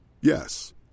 Yes